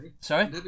Sorry